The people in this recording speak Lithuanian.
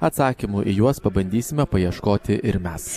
atsakymų į juos pabandysime paieškoti ir mes